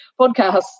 podcasts